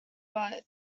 but